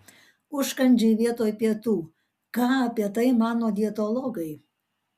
užkandžiai vietoj pietų ką apie tai mano dietologai